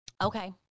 Okay